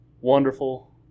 wonderful